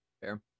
Fair